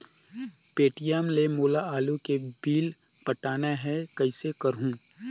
Paytm ले मोला आलू के बिल पटाना हे, कइसे करहुँ?